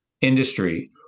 industry